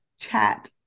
chat